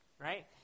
Right